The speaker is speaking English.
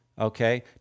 okay